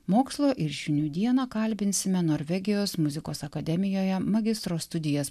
mokslo ir žinių dieną kalbinsime norvegijos muzikos akademijoje magistro studijas